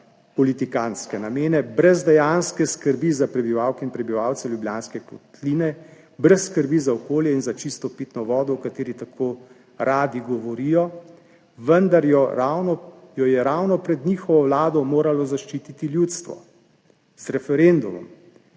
politikantske namene, brez dejanske skrbi za prebivalke in prebivalce Ljubljanske kotline, brez skrbi za okolje in za čisto pitno vodo, o kateri tako radi govorijo, vendar jo je ravno pred njihovo vlado moralo zaščititi ljudstvo, z referendumom.